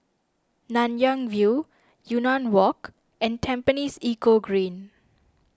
Nanyang View Yunnan Walk and Tampines Eco Green